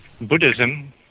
buddhism